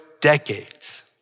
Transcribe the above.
decades